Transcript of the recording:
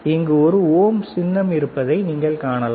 இங்கு ஒரு ஓம் சின்னம் இருப்பதைக் காணலாம்